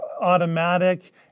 automatic